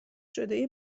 شده